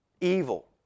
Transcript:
evil